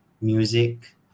music